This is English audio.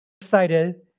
excited